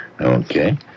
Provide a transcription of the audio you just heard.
okay